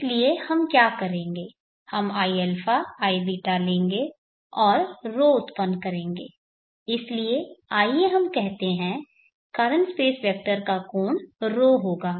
इसलिए हम क्या करेंगे हम iα iβ लेंगे और ρ उत्पन्न करेंगे इसलिए आइए हम कहते हैं करंट स्पेस वेक्टर का कोण ρ होगा